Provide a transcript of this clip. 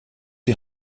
die